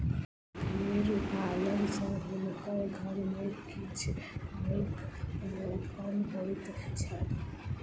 भेड़ पालन सॅ हुनकर घर में किछ आयक उत्पादन होइत छैन